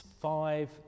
Five